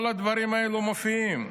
כל הדברים האלה מופיעים.